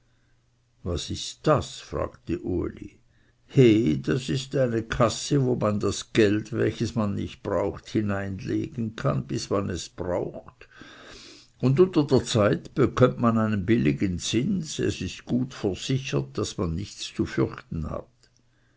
was ist das fragte uli he das ist eine kasse wo man das geld welches man nicht braucht hineinlegen kann bis man es braucht und unter der zeit bekömmt man einen billigen zins und es ist gut versichert daß man gar nichts zu fürchten hat